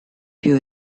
più